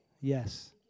Yes